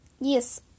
yes